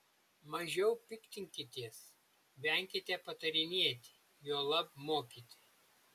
mažiau piktinkitės venkite patarinėti juolab mokyti